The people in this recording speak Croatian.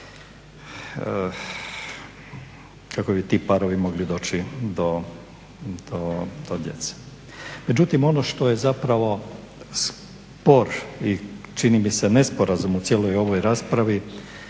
kako bi ti parovi mogli doći do djece. Međutim ono što je zapravo spor odnosno i čini mi se nesporazum u cijeloj ovoj raspravi